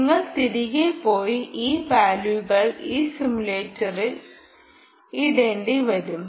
നിങ്ങൾ തിരികെ പോയി ഈ വാല്യുകൾ ഈ സിമുലേറ്ററിൽ ഇടേണ്ടിവരും